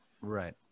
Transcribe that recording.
Right